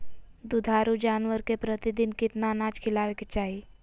दुधारू जानवर के प्रतिदिन कितना अनाज खिलावे के चाही?